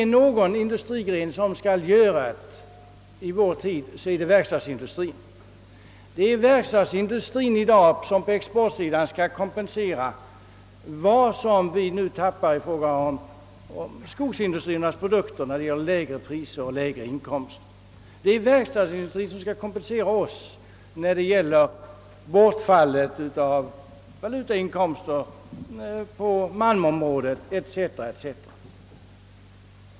Om någon industrigren »skall göra det» i vår tid är det verkstadsindustrien. Den skall på exportsidan ersätta vad vi i dag tappar genom lägre priser på skogsindustriernas produkter. Verkstadsindustrien skall kompensera oss för bortfallet av valutainkomster på malmområdet, etc. etc.